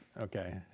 okay